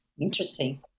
Interesting